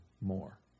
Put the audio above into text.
more